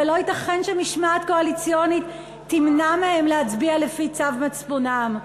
אבל לא ייתכן שמשמעת קואליציונית תמנע מהם להצביע לפי צו מצפונם.